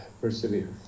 persevere